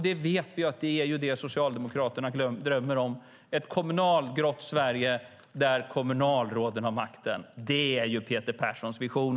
Vi vet ju att det är det Socialdemokraterna drömmer om - ett kommunalgrått Sverige där kommunalråden har makten. Det är Peter Perssons vision.